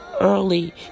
early